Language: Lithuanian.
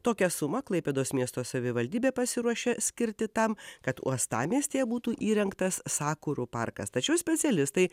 tokią sumą klaipėdos miesto savivaldybė pasiruošė skirti tam kad uostamiestyje būtų įrengtas sakurų parkas tačiau specialistai